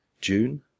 June